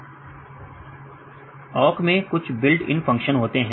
Awk मैं कुछ built in function होते है